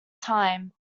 time